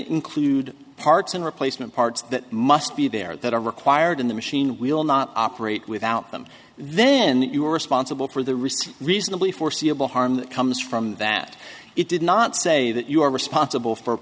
include parts and replacement parts that must be there that are required in the machine will not operate without them then you are responsible for the risk reasonably foreseeable harm comes from that it did not say that you are responsible for